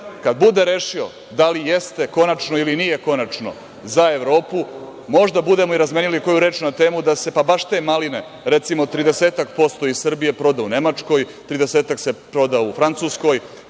kada bude rešio da li jeste konačno ili nije konačno za Evropu, možda budemo i razmenili koju reč na temu da se, pa baš te maline, recimo 30-ak posto iz Srbije proda u Nemačkoj, 30-ak se proda u Francuskoj,